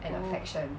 oh